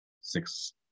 six